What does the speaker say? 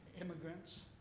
immigrants